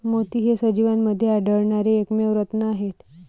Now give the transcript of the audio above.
मोती हे सजीवांमध्ये आढळणारे एकमेव रत्न आहेत